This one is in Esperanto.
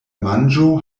manĝo